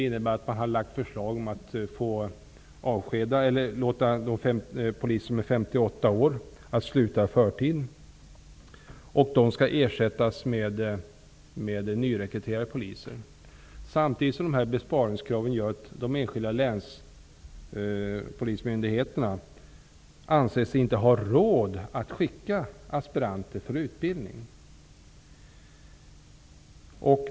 Man har lagt fram förslag om att låta poliser som är 58 år eller äldre sluta i förtid för att ersätta dem med nyrekryterade poliser. Besparingskraven medför samtidigt att länspolismyndigheterna inte anser sig ha råd att skicka aspiranter för utbildning.